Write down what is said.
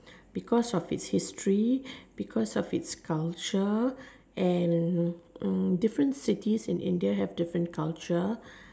because of its history because of its culture and mm different cities in India have different culture